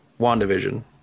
WandaVision